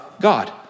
God